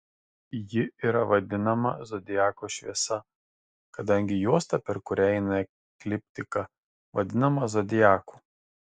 ji yra vadinama zodiako šviesa kadangi juosta per kurią eina ekliptika vadinama zodiaku